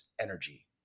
energy